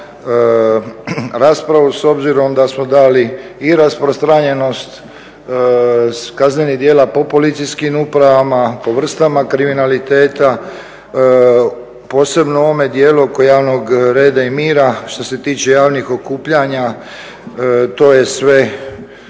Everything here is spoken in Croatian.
raspravu s obzirom da smo dali i rasprostranjenost s kaznenih dijela po policijskim upravama, po vrstama kriminaliteta, posebno ovome dijelu oko javnog reda i mira, što se tiče javnih okupljanja, to je sve